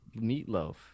meatloaf